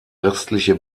restliche